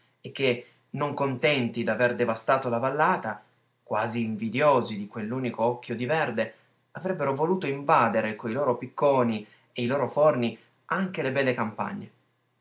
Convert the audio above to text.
e che non contenti d'aver devastato la vallata quasi invidiosi di quell'unico occhio di verde avrebbero voluto invadere coi loro picconi e i loro forni anche le belle campagne